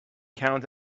count